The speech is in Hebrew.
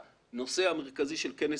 אני אומר מה היה הנושא המרכזי של כנס